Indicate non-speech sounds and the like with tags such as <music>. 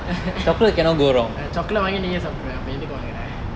<laughs> chocolate வாங்கி நீயே சாப்ட்ருவே அப்ரொம் எதுக்கு வாங்குர:vaangi neeye saaptruve aprom athukku vangure